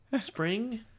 spring